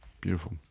Beautiful